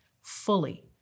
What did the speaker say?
fully